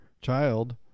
child